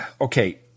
Okay